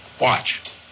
watch